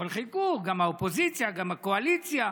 אבל חילקו גם האופוזיציה, גם הקואליציה.